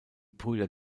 brüder